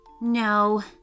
No